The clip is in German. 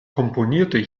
komponierte